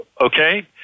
okay